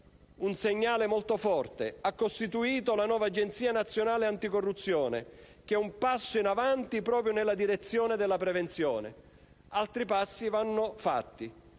un segnale molto forte: ha costituito la nuova Agenzia nazionale anticorruzione (ANAC), che è un passo in avanti proprio nella direzione della prevenzione, ma altri passi vanno fatti.